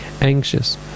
Anxious